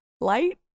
light